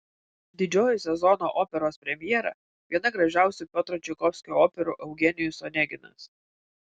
didžioji sezono operos premjera viena gražiausių piotro čaikovskio operų eugenijus oneginas